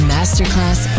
Masterclass